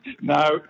No